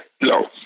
no